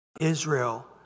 Israel